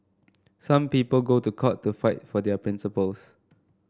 some people go to court to fight for their principles